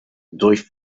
durch